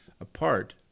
apart